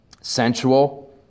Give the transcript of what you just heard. sensual